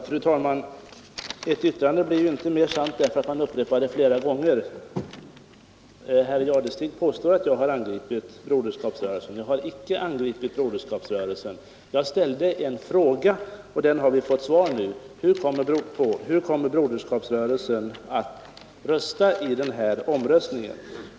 Fru talman! Ett yttrande blir inte mer sant därför att man upprepar det flera gånger. Herr Jadestig påstår att jag har angripit Broderskapsrörelsen. Jag har icke angripit Broderskapsrörelsen. Jag ställde en fråga: Hur kommer Broderskapsrörelsen att rösta i den här omröstningen? Nu har vi fått svaret av herr Jadestig.